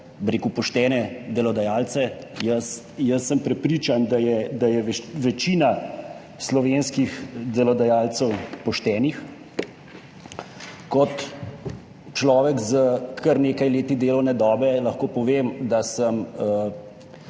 poštene delodajalce. Jaz sem prepričan, da je večina slovenskih delodajalcev poštenih. Kot človek s kar nekaj leti delovne dobe lahko povem, da sem